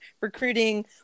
recruiting